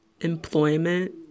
employment